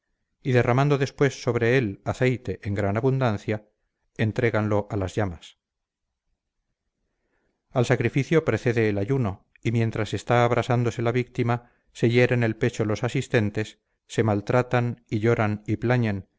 y derramando después sobre él aceite en gran abundancia entregando a las llamas al sacrificio precede el ayuno y mientras está abrasándose la víctima se hieren el pecho los asistentes se maltratan y lloran y plañen